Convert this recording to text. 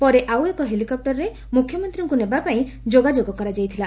ପରେ ଆଉ ଏକ ହେଲିକପ୍ଟରରେ ମୁଖ୍ୟମନ୍ତୀଙ୍କୁ ନେବା ପାଇଁ ଯୋଗାଯୋଗ କରାଯାଇଥିଲା